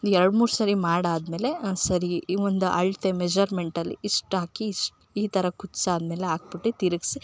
ಎರಡ್ಮೂರು ಸರಿ ಮಾಡಾದಮೇಲೆ ಆ ಸರಿ ಈ ಒಂದು ಅಳತೆ ಮೆಜರ್ಮೆಂಟಲ್ಲಿ ಇಷ್ಟು ಹಾಕಿ ಇಷ್ಟು ಈ ಥರ ಕುದ್ಸಾದ್ಮೇಲೆ ಹಾಕ್ಬಿಟ್ಟು ತಿರುಗ್ಸಿ